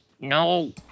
No